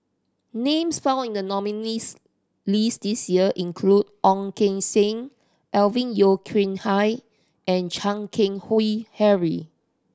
names found in the nominees' list this year include Ong Keng Sen Alvin Yeo Khirn Hai and Chan Keng Howe Harry